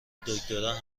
دکترا